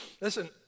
Listen